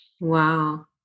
Wow